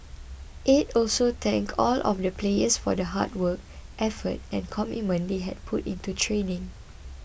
aide also thanked all of the players for the hard work effort and commitment they had put into training